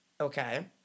Okay